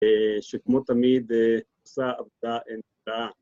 שכמו תמיד, סע, עבדה, אין, סע